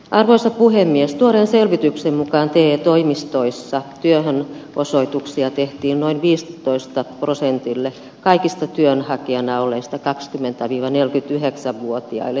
arvoisa puhemies tuoreen selvityksen mukaan tee toimistoissa työhön osoituksia tehtiin noin viisitoista prosentille kaikista työnhakijana olleista kakskymmentä viinanen piti hexavuotiaille